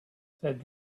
said